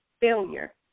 failure